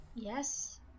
yes